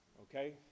okay